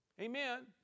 Amen